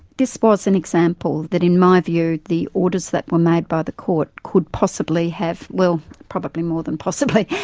this was an example that in my view the orders that were made by the court could possibly have, well, probably more than possibly,